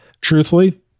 truthfully